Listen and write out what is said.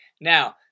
Now